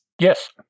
Yes